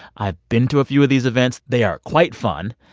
i've been to a few of these events. they are quite fun.